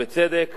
ובצדק.